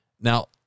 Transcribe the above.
Now